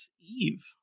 Eve